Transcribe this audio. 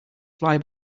fly